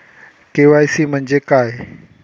KYC म्हणजे काय?